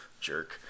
Jerk